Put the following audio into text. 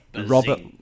Robert